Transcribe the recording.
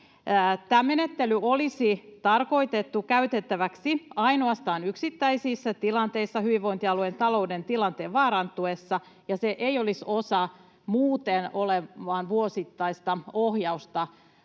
Tämä menettely olisi tarkoitettu käytettäväksi ainoastaan yksittäisissä tilanteissa hyvinvointialueen talouden tilanteen vaarantuessa, ja se ei olisi osa muuten olevaa vuosittaista ohjausta,